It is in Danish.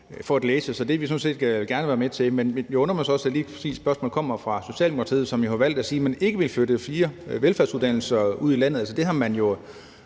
for at læse. Så det vil vi sådan set gerne være med til. Men det undrer mig så også, at spørgsmålet kommer fra lige præcis Socialdemokratiet, som jo har valgt at sige, at man ikke vil flytte fire velfærdsuddannelser ud i landet.